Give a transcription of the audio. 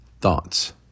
thoughts